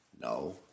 No